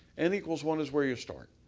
n equals one is where you start.